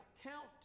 Count